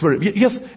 Yes